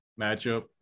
matchup